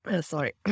sorry